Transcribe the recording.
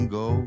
go